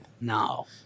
No